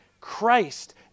Christ